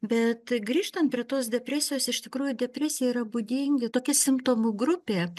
bet grįžtant prie tos depresijos iš tikrųjų depresijai yra būdingi tokia simptomų grupė